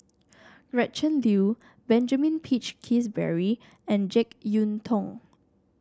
Gretchen Liu Benjamin Peach Keasberry and JeK Yeun Thong